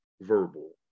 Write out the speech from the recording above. verbal